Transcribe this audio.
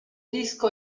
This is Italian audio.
disco